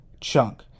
chunk